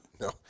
No